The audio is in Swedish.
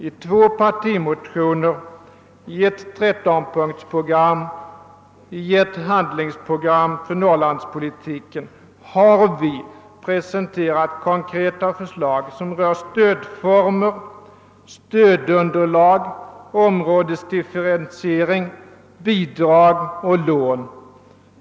I två partimotioner — i ett 13-punktersprogram och i ett handlingsprogram för Norrlandspolitiken — har vi presenterat konkreta förslag angående stödformer, stödunderlag, områdesdifferentiering, bidrag och lån.